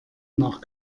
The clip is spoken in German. nach